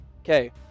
okay